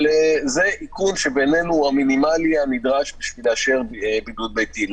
זה האיכון המינימלי הנדרש בשביל לאשר בידוד ביתי.